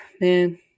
man